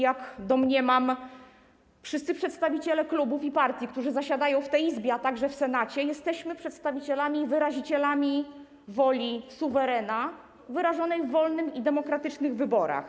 Jak domniemam, wszyscy przedstawiciele klubów i partii, którzy zasiadają w tej Izbie, a także w Senacie, są przedstawicielami i wyrazicielami woli suwerena wyrażonej w wolnych i demokratycznych wyborach.